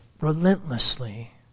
relentlessly